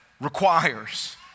requires